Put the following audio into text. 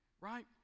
right